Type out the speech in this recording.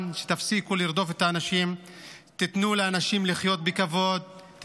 וביום שני אצל ע'נאים ואבו אל-ליל ומשפחת אבו עסא בוואדי